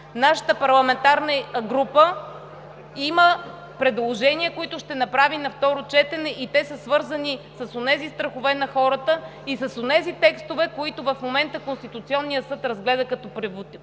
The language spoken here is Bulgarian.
Нашата парламентарна група има предложения, които ще направи за второ четене и те са свързани със страховете на хората, и с текстовете, които в момента Конституционният съд обяви като